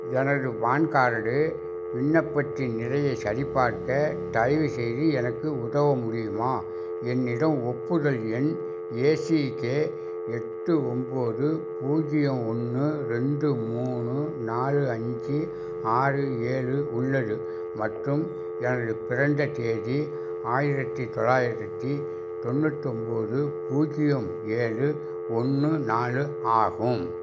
எனது PAN card விண்ணப்பத்தின் நிலையை சரிபார்க்க தயவுசெய்து எனக்கு உதவ முடியுமா என்னிடம் ஒப்புதல் எண் ஏசிகே எட்டு ஒன்போது பூஜ்ஜியம் ஒன்று ரெண்டு மூணு நாலு அஞ்சு ஆறு ஏழு உள்ளது மற்றும் எனது பிறந்ததேதி ஆயிரத்தி தொள்ளாயிரத்தி தொண்ணூத்தொன்போது பூஜ்ஜியம் ஏழு ஒன்று நாலு ஆகும்